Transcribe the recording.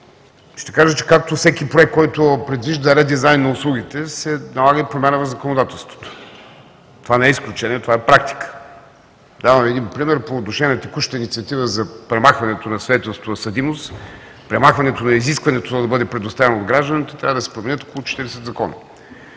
ще кажа, че както всеки проект, който предвижда редизайн на услугите, се налага и промяна в законодателството. Това не е изключение, това е практика. Давам Ви пример по отношение на текущата инициатива за премахването на свидетелството за съдимост. Премахването на изискването то да бъде предоставено от гражданите, трябва да се променят около 40 закона.